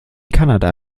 kanada